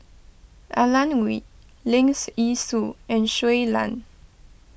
Alan Oei Leong's Yee Soo and Shui Lan